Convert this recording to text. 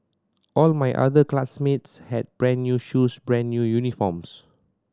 all my other classmates had brand new shoes brand new uniforms